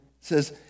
says